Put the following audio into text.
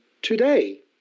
today